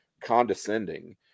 condescending